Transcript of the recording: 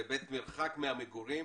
בהיבט -- -מהמגורים,